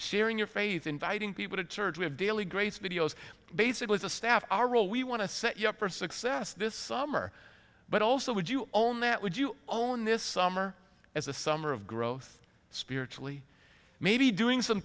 sharing your faith inviting people to church we have daily grace videos basically as a staff our role we want to set you up for success this summer but also would you owned that would you own this summer as a summer of growth spiritually maybe doing some